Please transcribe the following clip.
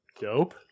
Dope